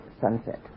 sunset